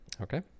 okay